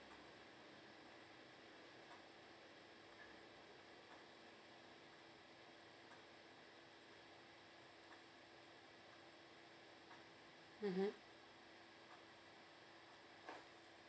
mmhmm